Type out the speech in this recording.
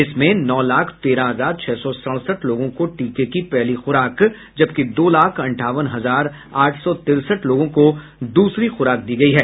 इसमें नौ लाख तेरह हजार छह सौ सड़सठ लोगों को टीके की पहली खुराक जबकि दो लाख अंठावन हजार आठ सौ तिरसठ लोगों को दूसरी खुराक दी गयी है